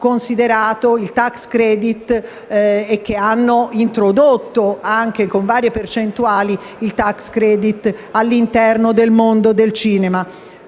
considerato il *tax credit* e che hanno introdotto, anche con varie percentuali, i *tax credit* all'interno del mondo del cinema.